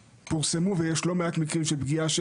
פורסמו ויש לא מעט מקרים של פגיעה של